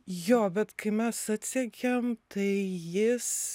jo bet kai mes atsekėm tai jis